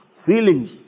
feelings